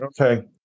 Okay